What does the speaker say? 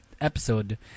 episode